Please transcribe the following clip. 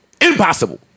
Impossible